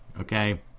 okay